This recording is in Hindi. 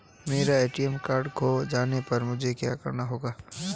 मेरा ए.टी.एम कार्ड खो जाने पर मुझे क्या करना होगा?